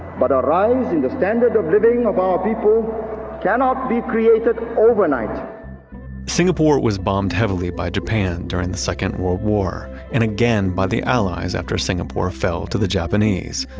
but a rise in the standard of living of our people cannot be created overnight singapore was bombed heavily by japan during the second world war and again by the allies after singapore fell to the japanese.